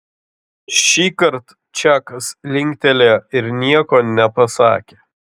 šįkart čakas linktelėjo ir nieko nepasakė